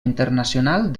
internacional